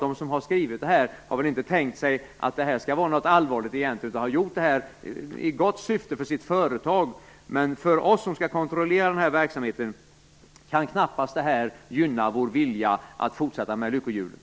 De som har skrivit det har väl inte tänkt sig att det skall vara allvarligt, utan har gjort det i gott syfte för sitt företag. För oss som skall kontrollera verksamheten kan detta knappast gynna viljan att fortsätta med lyckohjulet.